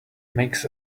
makes